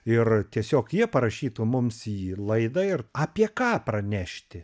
ir tiesiog jie parašytų mums jį laidą ir apie ką pranešti